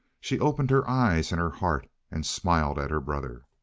she opened her eyes and her heart and smiled at her brother.